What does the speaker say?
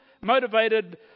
motivated